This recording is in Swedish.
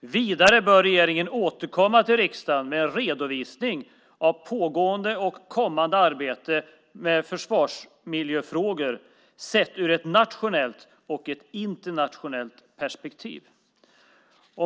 Vidare bör regeringen återkomma till riksdagen med en redovisning av pågående och kommande arbete med försvarsmiljöfrågor sett ur ett nationellt och ett internationellt perspektiv.